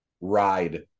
ride